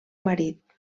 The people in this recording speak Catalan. marit